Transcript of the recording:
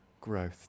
growth